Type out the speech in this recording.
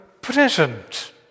present